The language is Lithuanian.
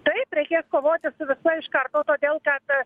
taip reikės kovoti su visu iš karto todėl kad